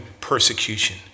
persecution